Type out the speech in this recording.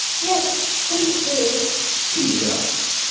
yes, please do pleaded alice.